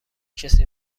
کسی